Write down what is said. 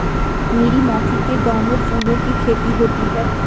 मेरी मौसी के गांव में फूलों की खेती होती है